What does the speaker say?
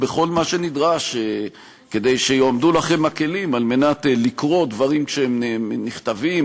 בכל מה שנדרש כדי שיועמדו לכם הכלים כדי לקרוא דברים כשהם נכתבים,